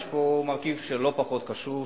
יש פה מרכיב שהוא לא פחות חשוב,